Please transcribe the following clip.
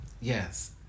yes